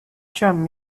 drum